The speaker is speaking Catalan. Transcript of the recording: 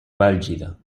bèlgida